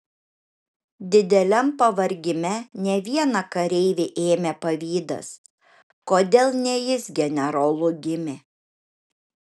dideliam pavargime ne vieną kareivį ėmė pavydas kodėl ne jis generolu gimė